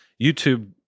YouTube